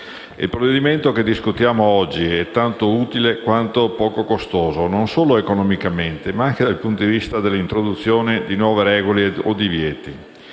il provvedimento che discutiamo oggi è tanto utile quanto poco costoso, non solo economicamente, ma anche dal punto di vista dell'introduzione di nuove regole o divieti.